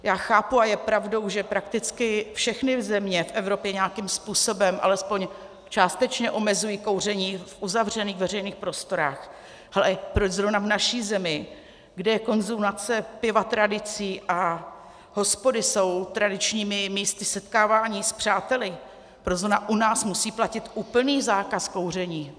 Já chápu a je pravdou, že prakticky všechny země v Evropě nějakým způsobem alespoň částečně omezují kouření v uzavřených veřejných prostorách, ale proč zrovna v naší zemi, kde je konzumace piva tradicí a hospody jsou tradičními místy setkávání s přáteli, proč zrovna u nás musí platit úplný zákaz kouření?